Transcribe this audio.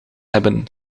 hebben